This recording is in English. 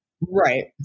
Right